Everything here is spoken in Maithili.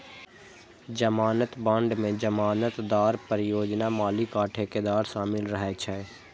जमानत बांड मे जमानतदार, परियोजना मालिक आ ठेकेदार शामिल रहै छै